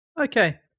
Okay